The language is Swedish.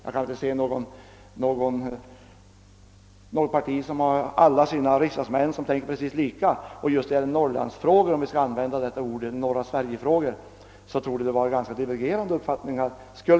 Det finns väl inget parti vars riksdagsmän tänker precis lika. Just när det gäller Norrlandsfrågor, om vi skall använda detta ord, eller norra-Sverige-frågor, torde det finnas ganska divergerande uppfattningar.